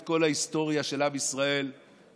את כל ההיסטוריה של עם ישראל במדבר,